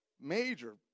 major